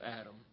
Adam